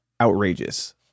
outrageous